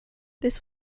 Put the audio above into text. this